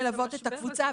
מלוות את הקבוצה,